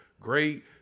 great